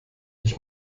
ich